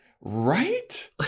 right